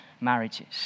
marriages